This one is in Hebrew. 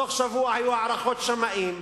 בתוך שבוע היו הערכות שמאים,